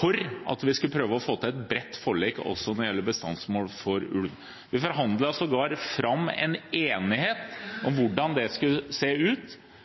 for at vi skulle prøve å få til et bredt forlik også når det gjelder bestandsmål for ulv. Vi forhandlet sågar fram en enighet med Arbeiderpartiet, Høyre, Fremskrittspartiet, Kristelig Folkeparti og SV om hvordan det skulle se ut,